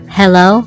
hello